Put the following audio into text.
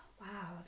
wow